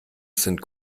sind